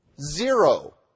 zero